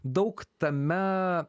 daug tame